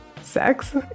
sex